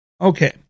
Okay